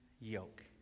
yoke